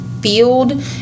field